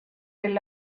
del